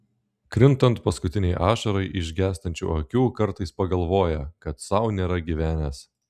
krintant paskutinei ašarai iš gęstančių akių kartais pagalvoja kad sau nėra gyvenęs